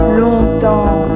longtemps